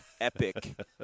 epic